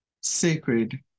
sacred